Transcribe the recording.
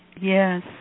Yes